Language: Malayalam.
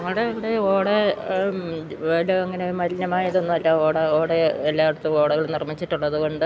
ഞങ്ങളുടെ ഇവിടെ ഓടെ ഇവിടെ അങ്ങനെ മലിനമായത് ഒന്നും അല്ല ഓട ഓടെ എല്ലായിടത്തും ഓടകൾ നിർമ്മിച്ചിട്ടുള്ളത് കൊണ്ട്